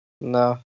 No